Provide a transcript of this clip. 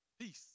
peace